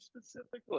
specifically